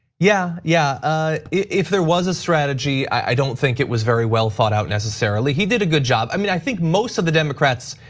yeah yeah ah if there was a strategy, i don't think it was very well thought out necessarily, he did a good job. i mean i think most of the democrats,